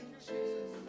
Jesus